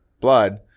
Blood